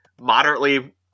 moderately